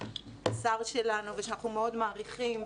השר שלנו שאנחנו מאוד מעריכים,